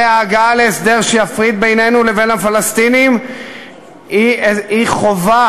הרי ההגעה להסדר שיפריד בינינו לבין הפלסטינים היא חובה,